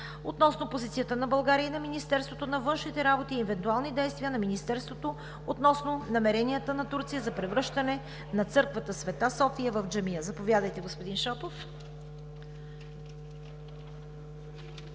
относно позицията на България и на Министерството на външните работи и евентуални действия на Министерството относно намеренията на Турция за превръщане на църквата „Света София“ в джамия. Заповядайте, господин Шопов.